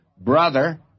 brother